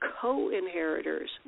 co-inheritors